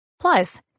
Plus